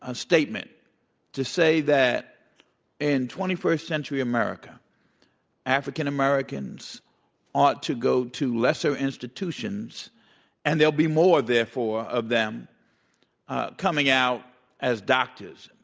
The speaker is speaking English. um statement to say that in twenty first century america african-americans ought to go to lesser institutions and there'll be more, therefore, of them coming out as doctors,